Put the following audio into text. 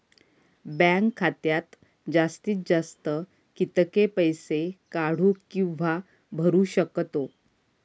Bank खात्यात जास्तीत जास्त कितके पैसे काढू किव्हा भरू शकतो?